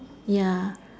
ya